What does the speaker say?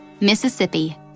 Mississippi